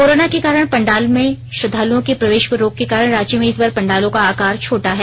corona के कारण पंडालों में श्रद्धालुओं के प्रवेश पर रोक के कारण रांची में इस बार पंडालों का आकार छोटा है